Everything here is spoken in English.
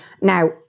now